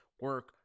Work